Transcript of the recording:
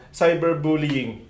cyberbullying